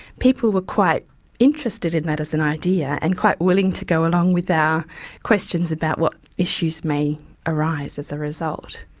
people were quite interested in that as an idea, and quite willing to go along with our questions about what issues may arise as a result.